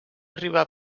arribar